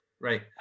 right